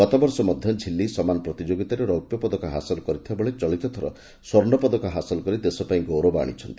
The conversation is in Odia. ଗତବର୍ଷ ମଧ ଝିଲ୍ଲୀ ସମାନ ପ୍ରତିଯୋଗିତାରେ ରୌପ୍ୟ ପଦକ ହାସଲ କରିଥିବା ବେଳେ ଚଳିତଥର ସ୍ୱର୍ଶ୍ୱପଦକ ହାସଲ କରି ଦେଶ ପାଇଁ ଗୌରବ ଆଣିଛନ୍ତି